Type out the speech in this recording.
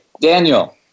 Daniel